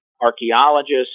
Archaeologists